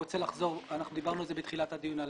דיברנו בתחילת הדיון על